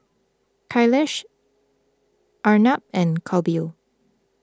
Kailash Arnab and Kapil